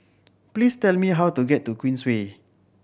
please tell me how to get to Queensway